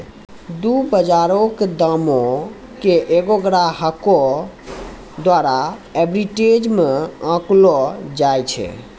दु बजारो के दामो के एगो ग्राहको द्वारा आर्बिट्रेज मे आंकलो जाय छै